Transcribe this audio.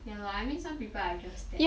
ya lor I mean some people are just that